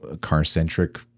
car-centric